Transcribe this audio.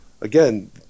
Again